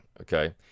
okay